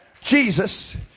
Jesus